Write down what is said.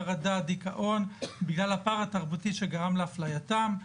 חרדה, דיכאון, בגלל הפער התרבותי שגרם לאפלייתם.